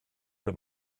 them